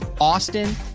Austin